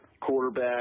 Quarterback